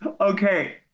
Okay